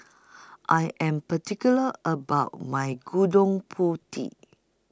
I Am particular about My Gudon Putih